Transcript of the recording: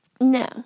No